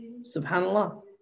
subhanallah